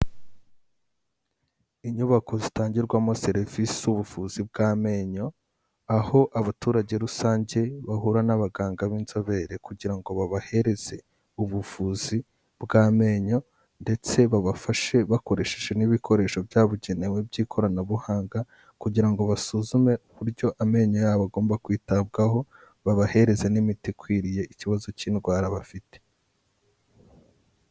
Inyubako zitangirwamo serivisi z'ubuvuzi bw'amenyo, aho abaturage rusange bahura n'abaganga b'inzobere kugira ngo babahereze ubuvuzi bw'amenyo, ndetse babafashe bakoresheje n'ibikoresho byabugenewe by'ikoranabuhanga, kugira ngo basuzume uburyo amenyo yabo agomba kwitabwaho, babaheze n'imiti ikwiriye ikibazo cy'indwara bafite.